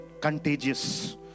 contagious